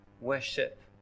worship